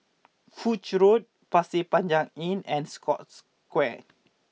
Foch Road Pasir Panjang Inn and Scotts Square